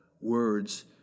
words